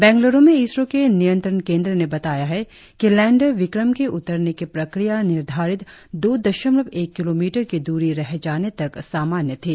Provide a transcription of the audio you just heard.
बैंगलूरु में इसरो के नियंत्रण केंद्र ने बताया है कि लैंडर विक्रम के उतरने की प्रक्रिया निर्धारित दो दशमलव एक किलोमीटर की दूरी रह जाने तक सामान्य थी